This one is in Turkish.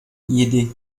yedi